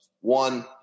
one